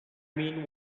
mean